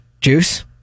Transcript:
Juice